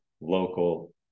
local